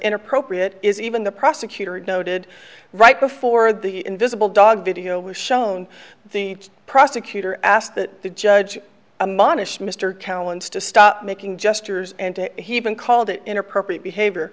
inappropriate is even the prosecutor noted right before the invisible dog video was shown the prosecutor asked that the judge i'm honest mr cowan's to stop making gestures and he even called it inappropriate behavior